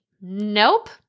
Nope